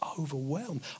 overwhelmed